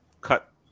cut